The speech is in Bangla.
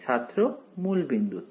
ছাত্র মূল বিন্দুতে